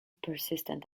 persistent